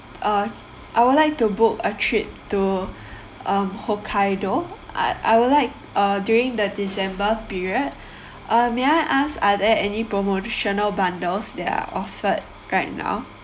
uh I would like to book a trip to um hokkaido uh I would like uh during the december period uh may I ask are there any promotional bundles that are offered right now